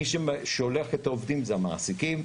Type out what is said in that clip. מי ששולח את העובדים זה המעסיקים.